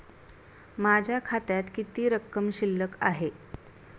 माझ्या खात्यात किती रक्कम शिल्लक आहे?